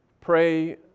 Pray